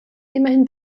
immer